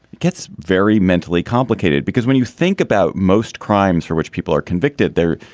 gets very mentally complicated because when you think about most crimes for which people are convicted there,